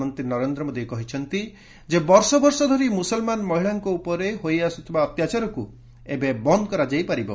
ପ୍ରଧାନମନ୍ତ୍ରୀ ନରେନ୍ଦ୍ର ମୋଦୀ କହିଛନ୍ତି ଯେ ବର୍ଷ ବର୍ଷ ଧରି ମୁସଲମାନ ମହିଳାଙ୍କ ଉପରେ ହୋଇ ଆସୁଥିବା ଅତ୍ୟାଚାରକୁ ଏବେ ବନ୍ଦ କରାଯାଇ ପାରିବ